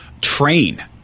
train